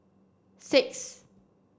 six